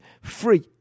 free